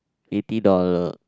eighty dollar